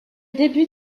début